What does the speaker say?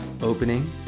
Opening